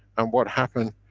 and what happened?